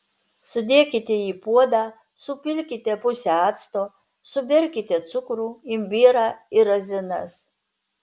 sudėkite į puodą supilkite pusę acto suberkite cukrų imbierą ir razinas